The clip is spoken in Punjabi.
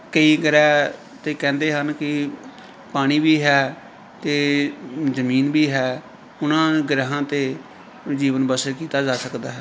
ਕਈ ਗ੍ਰਹਿ 'ਤੇ ਕਹਿੰਦੇ ਹਨ ਕਿ ਪਾਣੀ ਵੀ ਹੈ ਅਤੇ ਜ਼ਮੀਨ ਵੀ ਹੈ ਉਹਨਾਂ ਗ੍ਰਹਿਆਂ 'ਤੇ ਜੀਵਨ ਬਸਰ ਕੀਤਾ ਜਾ ਸਕਦਾ ਹੈ